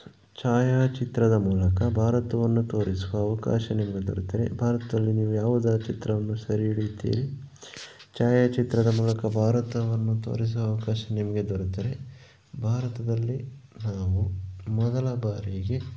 ಛಾಯಾಚಿತ್ರದ ಮೂಲಕ ಭಾರತವನ್ನು ತೋರಿಸುವ ಅವಕಾಶ ನಿಮಗೆ ದೊರೆತರೆ ಭಾರತದಲ್ಲಿ ನೀವು ಯಾವುದರ ಚಿತ್ರವನ್ನು ಸೆರೆ ಹಿಡಿಯುತ್ತೀರಿ ಛಾಯಾಚಿತ್ರದ ಮೂಲಕ ಭಾರತವನ್ನು ತೋರಿಸುವ ಅವಕಾಶ ನಿಮಗೆ ದೊರೆತರೆ ಭಾರತದಲ್ಲಿ ನಾವು ಮೊದಲ ಬಾರಿಗೆ